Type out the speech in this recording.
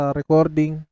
recording